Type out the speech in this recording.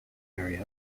area